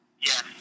Yes